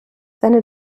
seine